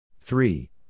Three